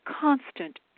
Constant